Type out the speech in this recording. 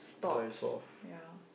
she thought ya